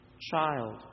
child